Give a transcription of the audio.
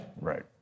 Right